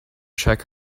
check